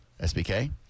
SBK